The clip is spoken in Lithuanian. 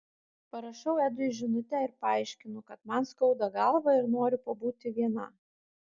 parašau edui žinutę ir paaiškinu kad man skauda galvą ir noriu pabūti viena